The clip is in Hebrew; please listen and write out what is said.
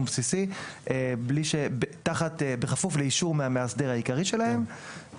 בסיסי בכפוף לאישור מהמאסדר העיקרי שלהם,